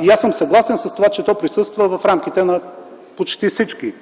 И аз съм съгласен с това, че то присъства в рамките на почти всички